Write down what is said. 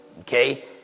okay